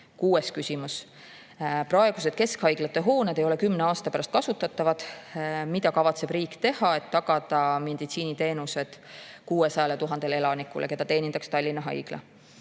Kuues küsimus: praegused keskhaiglate hooned ei ole kümne aasta pärast enam kasutatavad – mida kavatseb riik teha, et tagada siis meditsiiniteenused 600 000 elanikule, keda teenindaks Tallinna Haigla?